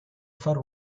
fare